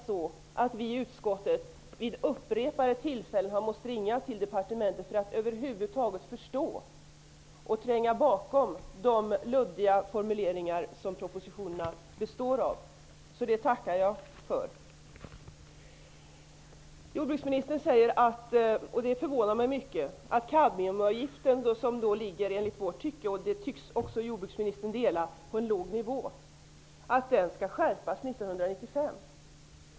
Vi har i utskottet vid upprepade tillfällen varit tvungna att ringa till departementet för att över huvud taget förstå och tränga bakom de luddiga formuleringarna i propositionerna. Det löftet tackar jag därför för. Kadmiumavgiften ligger enligt vår uppfattning -- och den tycks jordbruksministern dela -- på en låg nivå. Jordbruksministern säger -- och det förvånar mig mycket -- att den skall skärpas 1995.